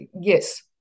Yes